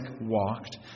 walked